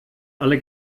alle